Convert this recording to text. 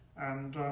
and